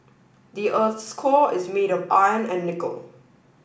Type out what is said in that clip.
the earth's core is made of iron and nickel